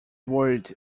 worried